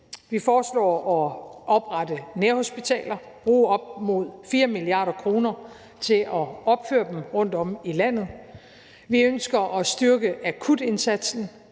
Vi foreslår at oprette nærhospitaler, at bruge op mod 4 mia. kr. på at opføre dem rundtom i landet. Vi ønsker at styrke akutindsatsen